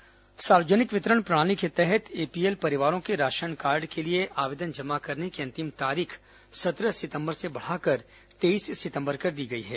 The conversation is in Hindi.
राशन कार्ड तिथि सार्वजनिक वितरण प्रणाली के तहत एपीएल परिवारों के राशन कार्ड के लिए आवेदन जमा करने की अंतिम तारीख सत्रह सितंबर से बढ़ाकर तेईस सितंबर कर दी गई है